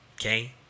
okay